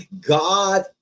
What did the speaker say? God